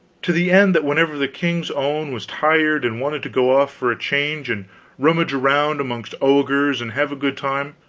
to the end that whenever the king's own was tired and wanted to go off for a change and rummage around amongst ogres and have a good time,